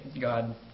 God